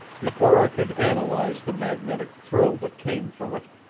before i could analyze the magnetic thrill that came from it,